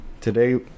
Today